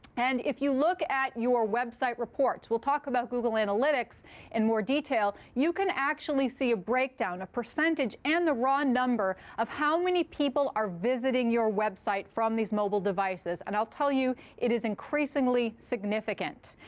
and if you look at your website reports we'll talk about google analytics in more detail you can actually see a breakdown, a percentage and the raw number of how many people are visiting your website from these mobile devices. and i'll tell you it is increasingly significant.